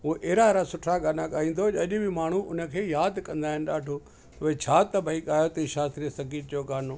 हो अहिड़ा अहिड़ा सुठरा गाना ॻाईंदो अॼु बि माण्हू उनखे यादि कंदा आहिनि ॾाढो उहे छा त भाई गाए ताईं शास्त्रीय संगीत जो गानो